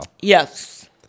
Yes